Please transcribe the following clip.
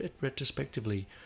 retrospectively